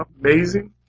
amazing